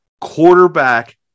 quarterback